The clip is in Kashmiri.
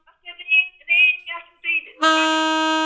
اتھ کیٛاہ رینٛج رینٛج کیٛاہ چھُ تُہۍ وَنان